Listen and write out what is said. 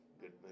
good